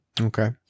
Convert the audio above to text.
Okay